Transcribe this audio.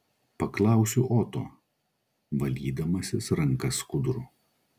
paklausiu oto valydamasis rankas skuduru